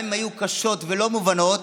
גם אם היו קשות ולא מובנות,